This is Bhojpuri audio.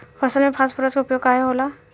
फसल में फास्फोरस के उपयोग काहे होला?